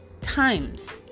times